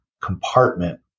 compartment